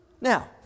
Now